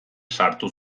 sartu